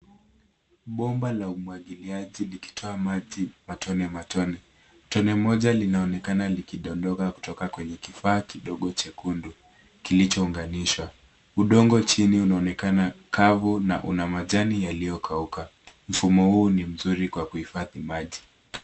Bomba la umwagiliaji likitoa maji matone matone. Tone moja linaonekana likidondoka kutoka kwenye kifaa kidogo chekundu, kilichounganisha. Udongo chini unaonekana kavu na una majani yaliyokauka. Mfumo huu ni mzuri kwa kuhifadhi maji.